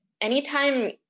anytime